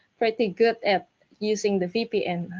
pretty good at using the vpn.